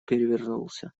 перевернулся